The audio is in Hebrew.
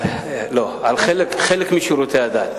על חלק משירותי הדת.